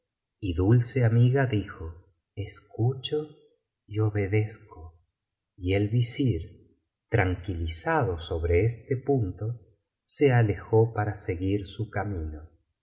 y dulce amiga dijo escucho y obedezco y el visir tranquilizado sobre este punto se alejó para seguir su camino